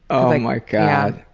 oh my god,